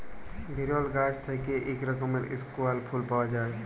বিরল গাহাচ থ্যাইকে ইক রকমের ইস্কেয়াল ফুল পাউয়া যায়